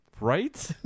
Right